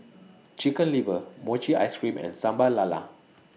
Chicken Liver Mochi Ice Cream and Sambal Lala